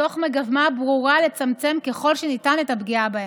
מתוך מגמה ברורה לצמצם ככל שניתן את הפגיעה בהם.